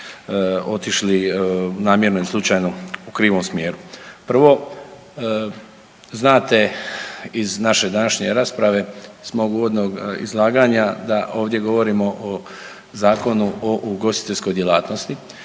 otišli namjerno ili slučajno u krivom smjeru. Prvo znate iz naše današnje rasprave iz mog uvodnog izlaganja da ovdje govorimo o Zakonu o ugostiteljskoj djelatnosti